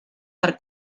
per